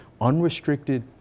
unrestricted